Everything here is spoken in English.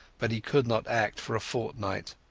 but he could not act for a fortnight.